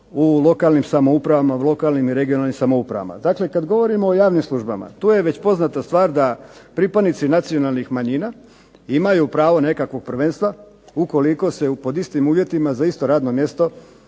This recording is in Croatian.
u lokalnim samoupravama, u lokalnim i regionalnim samoupravama. Dakle, kad govorimo o javnim službama to je već poznata stvar da pripadnici nacionalnih manjina imaju pravo nekakvog prvenstva ukoliko se pod istim uvjetima za isto radno mjesto